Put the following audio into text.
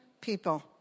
people